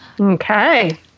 Okay